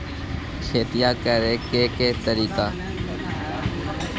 खेतिया करेके के तारिका?